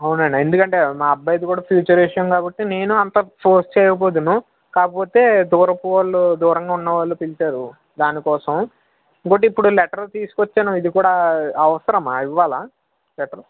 అవునండి ఎందుకంటే మా అబ్బాయిది కూడా ఫ్యూచర్ కాబట్టి నేను అంత ఫోర్స్ చేయకపోదును కాకపోతే దూరపు వాళ్ళు దూరంగా ఉన్నవాళ్ళు పిలిచారు దాని కోసం ఇదిగోండి ఇప్పుడు లెటరు తీసుకొచ్చాను ఇది కూడా అవసరమా ఇవ్వాలా లెటర్